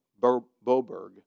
Boberg